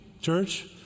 church